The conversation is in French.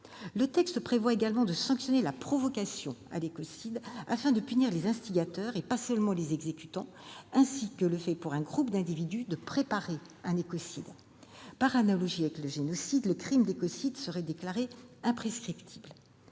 Le texte prévoit également de sanctionner la provocation à l'écocide- il s'agit de punir les instigateurs, et pas seulement les exécutants -ainsi que le fait pour un groupe d'individus de préparer un écocide. En outre, par analogie avec le génocide, le crime d'écocide serait déclaré imprescriptible.